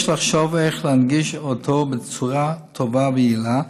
יש לחשוב איך להנגיש אותו בצורה טובה ויעילה,